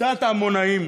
קצת עמונאים.